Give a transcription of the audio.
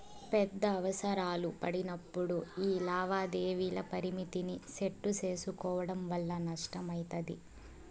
పెద్ద అవసరాలు పడినప్పుడు యీ లావాదేవీల పరిమితిని సెట్టు సేసుకోవడం వల్ల నష్టమయితది